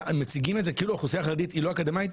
מציגים את זה כאילו האוכלוסייה החרדית היא לא אקדמאית,